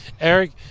Eric